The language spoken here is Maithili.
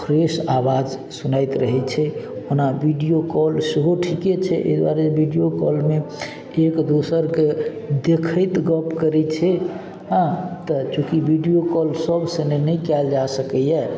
फ्रेश आवाज सुनैत रहय छै ओना वीडियो कॉल सेहो ठीके छै अइ दुआरे वीडियो कॉलमे एक दोसरके देखैत गप करय छै हँ तऽ चूँकि वीडियो कॉल सबसँ नहि नहि कयल जा सकैये